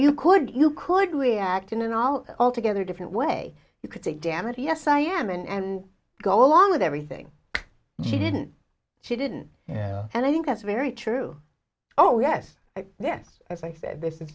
you could you could we act in an all altogether different way you could say dammit yes i am and go along with everything she didn't she didn't yeah and i think that's very true oh yes yes as i said if this